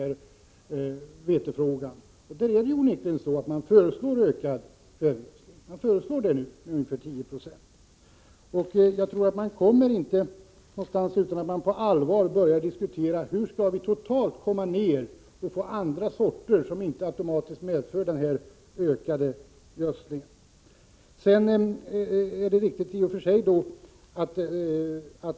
Där föreslås onekligen en ökning av kvävegödslingen med ca 10 96. Jag tror inte att det blir något resultat om man inte på allvar börjar diskutera hur vi kan få fram andra sorter som inte automatiskt medför en ökad gödsling.